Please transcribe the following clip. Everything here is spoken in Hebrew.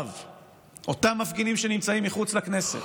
אותם מפגינים שנמצאים מחוץ לכנסת,